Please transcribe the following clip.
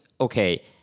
okay